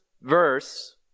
verse